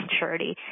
maturity